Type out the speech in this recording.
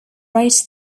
rate